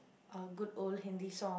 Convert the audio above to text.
uh good old Hindi song